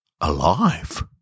alive